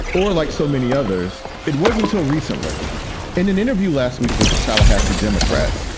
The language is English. or like so many others, it was until recently in an interview last week with the tallahassee democrat.